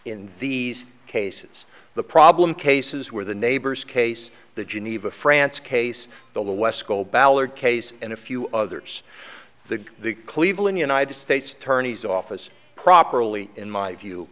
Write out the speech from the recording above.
in these cases the problem cases where the neighbors case the geneva france case the wesco ballard case and a few others the the cleveland united states attorney's office properly in my view